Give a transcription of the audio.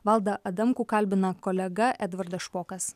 valdą adamkų kalbina kolega edvardas špokas